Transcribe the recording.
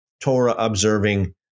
Torah-observing